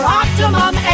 optimum